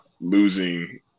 losing